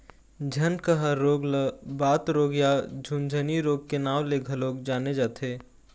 झनकहा रोग ल बात रोग या झुनझनी रोग के नांव ले घलोक जाने जाथे